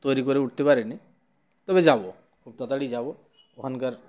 তৈরি করে উঠতে পারেনি তবে যাবো খুব তাড়াতাড়ি যাবো ওখানকার